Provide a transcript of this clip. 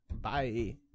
Bye